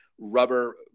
rubber